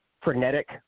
frenetic